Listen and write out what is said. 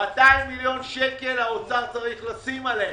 200 מיליון שקל האוצר צריך לשים עליהם.